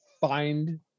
find